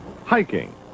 hiking